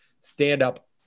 stand-up